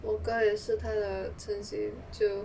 我哥也是他的成绩就